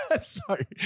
Sorry